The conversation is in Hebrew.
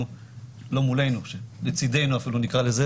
שלצידנו.